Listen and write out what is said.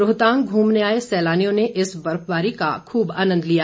रोहतांग घूमने आऐ सैलानियों ने इस बर्फबारी का खूब आंनद लिया